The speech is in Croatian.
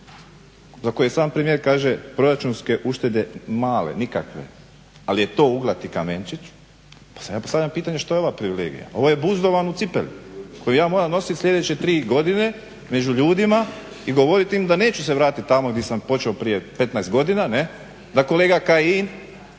za koje sam premijer kaže proračunske uštede male nikakve ali je to uglati kamenčić. Pa sada je postavljam pitanje što je ova privilegija? Ovo je buzdovan u cipeli koji ja moram nositi sljedeće tri godine među ljudima i govoriti im da se neću vratiti tamo gdje sam počeo prije 15 godina ne, da kolega Kajin